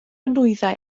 nwyddau